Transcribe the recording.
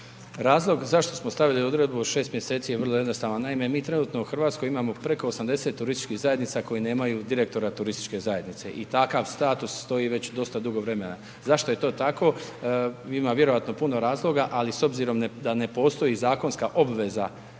Razlog zašto smo stavili odredbi od 6 mjeseci je vrlo jednostavan. Naime, mi trenutno u Hrvatskoj imamo preko 80 turističkih zajednica koje nemaju direktora turističke zajednice i takav status stoji već dosta dugo vremena. Zašto je to tako? Ima vjerojatno puno razloga, ali s obzirom da ne postoji zakonska obveza